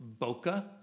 bokeh